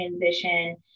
transition